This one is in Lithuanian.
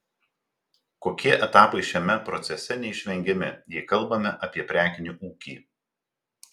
kokie etapai šiame procese neišvengiami jei kalbame apie prekinį ūkį